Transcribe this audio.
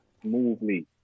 smoothly